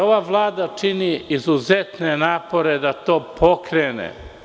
Ova vlada čini izuzetne napore da to pokrene.